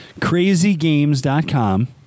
Crazygames.com